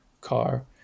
car